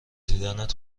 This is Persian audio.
دیدنت